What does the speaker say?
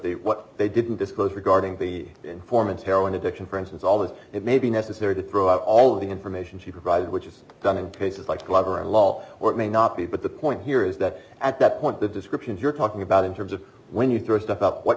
what they didn't disclose regarding the informants heroin addiction for instance although it may be necessary to throw out all the information she provided which is done in places like a club or a law or it may not be but the point here is that at that point the descriptions you're talking about in terms of when you throw stuff up what